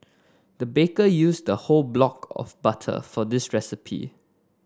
the baker used a whole block of butter for this recipe